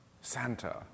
Santa